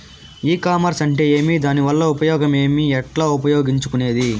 ఈ కామర్స్ అంటే ఏమి దానివల్ల ఉపయోగం ఏమి, ఎట్లా ఉపయోగించుకునేది?